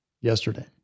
Yesterday